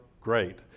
great